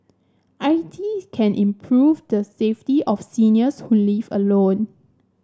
I T can improve the safety of seniors who live alone